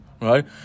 right